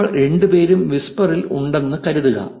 നമ്മൾ രണ്ടുപേരും വിസ്പർ ഇൽ ഉണ്ടെന്നു കരുതുക